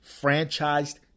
Franchised